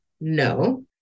No